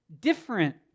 different